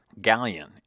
galleon